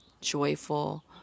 joyful